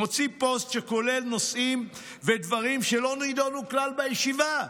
מוציא פוסט שכולל נושאים ודברים שלא נדונו כלל בישיבה.